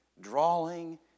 drawing